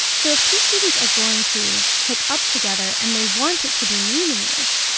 so if two students are going to hook up together and they want it to be meaningless,